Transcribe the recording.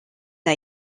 n’a